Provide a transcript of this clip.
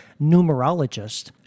numerologist